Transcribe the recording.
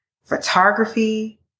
photography